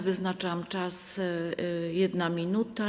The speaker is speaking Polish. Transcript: Wyznaczam czas: 1 minuta.